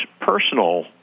personal